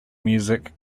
music